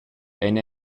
ein